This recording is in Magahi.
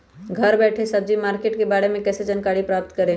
घर बैठे सब्जी मार्केट के बारे में कैसे जानकारी प्राप्त करें?